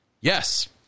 Yes